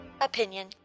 Opinion